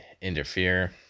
interfere